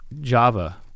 Java